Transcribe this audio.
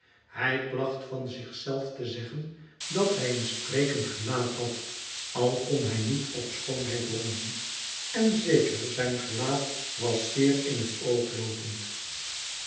hij placht van zich zelf te zeggen dat hij een sprekend gelaat had al kon hij niet op schoonheid roemen en zeker zijn gelaat was zeer in net oog loopend